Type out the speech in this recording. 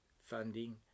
funding